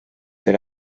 per